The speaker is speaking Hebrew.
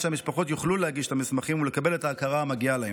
שהמשפחות יוכלו להגיש את המסמכים ולקבל את ההכרה המגיעה להן.